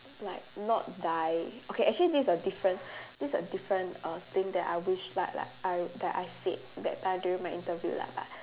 like not die okay actually this a different this a different uh thing that I wished like like I that I said that time during my interview lah but